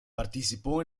participó